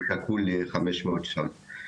הוא שקול ל-500 שעות.